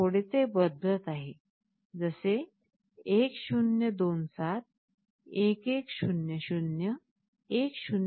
तर हे थोडेसे बदलत आहे जसे 1027 1100 1095